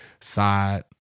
side